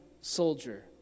soldier